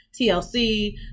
TLC